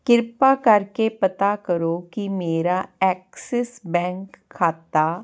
ਕਿਰਪਾ ਕਰਕੇ ਪਤਾ ਕਰੋ ਕਿ ਮੇਰਾ ਐਕਸਿਸ ਬੈਂਕ ਖਾਤਾ